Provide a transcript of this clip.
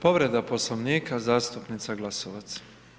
Povreda Poslovnika zastupnica Glasovac.